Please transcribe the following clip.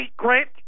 secret